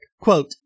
Quote